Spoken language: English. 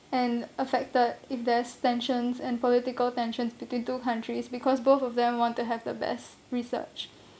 and affected if there's tensions and political tensions between two countries because both of them want to have the best research